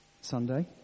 Sunday